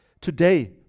today